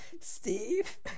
Steve